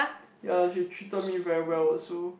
ya she treated me very well also